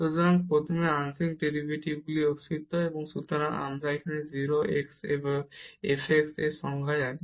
সুতরাং প্রথমে আংশিক ডেরিভেটিভের অস্তিত্ব সুতরাং আমরা 0 x এ f x এর সংজ্ঞা জানি